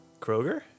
Kroger